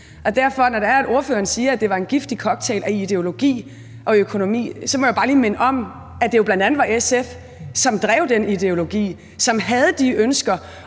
os selv i. Så når ordføreren siger, at det var en giftig cocktail af ideologi og økonomi, så må jeg bare lige minde om, at det jo bl.a. var SF, som drev den ideologi, og som havde de ønsker